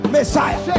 Messiah